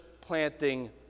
planting